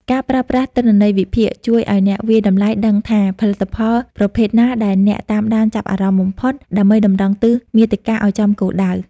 ការប្រើប្រាស់ទិន្នន័យវិភាគ ជួយឱ្យអ្នកវាយតម្លៃដឹងថាផលិតផលប្រភេទណាដែលអ្នកតាមដានចាប់អារម្មណ៍បំផុត ដើម្បីតម្រង់ទិសមាតិកាឱ្យចំគោលដៅ។